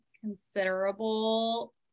considerable